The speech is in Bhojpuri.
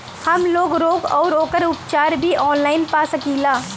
हमलोग रोग अउर ओकर उपचार भी ऑनलाइन पा सकीला?